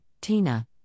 Tina